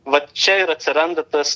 vat čia ir atsiranda tas